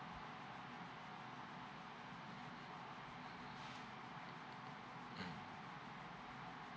mm